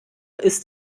ist